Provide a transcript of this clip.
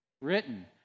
Written